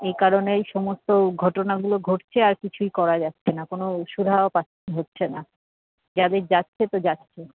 এই কারণেই সমস্ত ঘটনাগুলো ঘটছে আর কিছুই করা যাচ্ছে না কোনো সুরাহা হচ্ছে না যাদের যাচ্ছে তো যাচ্ছে